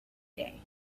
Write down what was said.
day